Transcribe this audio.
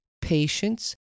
patience